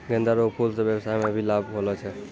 गेंदा रो फूल से व्यबसाय मे भी लाब होलो छै